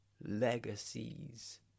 legacies